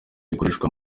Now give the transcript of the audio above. bikoreshwa